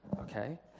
Okay